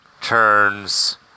Turns